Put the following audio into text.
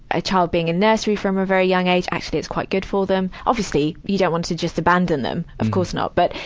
a child being in nursery from a very young age actually, it's quite good for them. obviously, you don't want to just abandon them of course not. but,